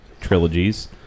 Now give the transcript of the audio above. trilogies